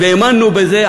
והאמנו בזה,